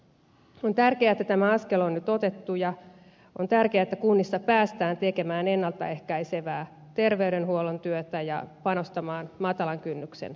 on tärkeää että tämä askel on nyt otettu ja on tärkeää että kunnissa päästään tekemään ennalta ehkäisevää terveydenhuollon työtä ja panostamaan matalan kynnyksen palveluihin